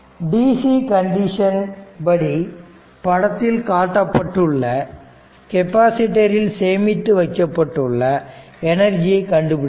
dc கண்டிஷனின் படி படத்தில் காட்டப்பட்டுள்ள கெப்பாசிட்டரில் சேமித்து வைக்கப்பட்டுள்ள எனர்ஜியை கண்டுபிடிக்கவும்